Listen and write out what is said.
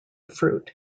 fruit